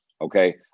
okay